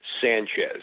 sanchez